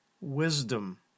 wisdom